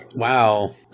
Wow